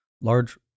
Large